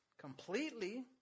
Completely